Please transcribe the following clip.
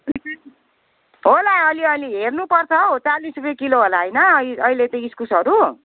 होला अलिअलि हेर्नु पर्छ हौ चालिस रुपियाँ किलो होला होइन अहिले त इस्कुसहरू